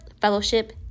fellowship